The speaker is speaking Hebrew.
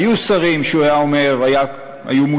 היו שרים שהוא היה אומר והיו מושבעים,